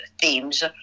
themes